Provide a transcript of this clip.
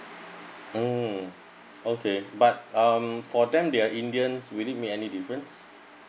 mm okay but um for them they are indians will it be any difference